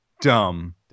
dumb